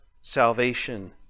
salvation